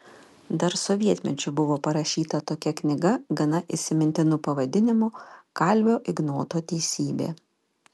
dar sovietmečiu buvo parašyta tokia knyga gana įsimintinu pavadinimu kalvio ignoto teisybė